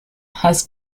has